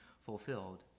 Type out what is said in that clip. fulfilled